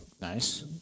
Nice